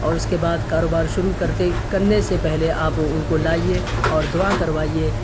اور اس کے بعد کاروبار شروع کرتے کرنے سے پہلے آپ ان کو لائیے اور دعا کروائیے